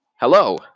Hello